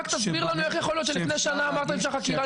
רק תסביר לנו איך יכול להיות שלפני שנה אמרתם שהחקירה